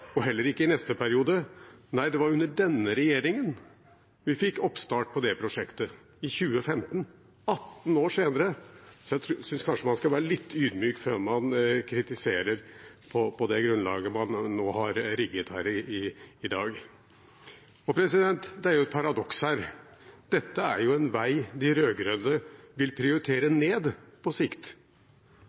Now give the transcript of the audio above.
var under denne regjeringen vi fikk oppstart på det prosjektet, i 2015 – 18 år senere. Så jeg synes kanskje man skal være litt ydmyk før man kritiserer på det grunnlaget man har rigget her i dag. Det er et paradoks her: Dette er en vei de rød-grønne vil prioritere ned på sikt.